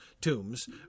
tombs